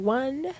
one